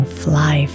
fly